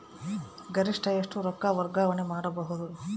ಗರಿಷ್ಠ ಎಷ್ಟು ರೊಕ್ಕ ವರ್ಗಾವಣೆ ಮಾಡಬಹುದು?